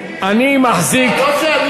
והחוק הזה טוב לטרמפיסטים?